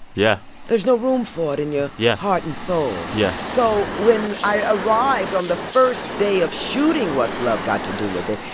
yeah there's no room for it in your yeah heart and soul yeah so when i arrived on the first day of shooting what's love got to do with it,